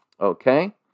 Okay